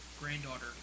granddaughter